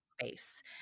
space